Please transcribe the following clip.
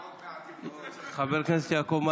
עוד מעט יפוצץ להם את הכול,